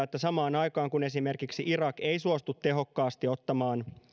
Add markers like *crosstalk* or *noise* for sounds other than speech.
*unintelligible* että samaan aikaan kun esimerkiksi irak ei suostu tehokkaasti ottamaan